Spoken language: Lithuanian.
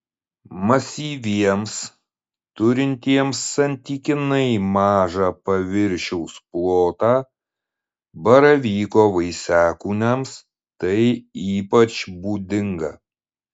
masyviems turintiems santykinai mažą paviršiaus plotą baravyko vaisiakūniams tai ypač būdinga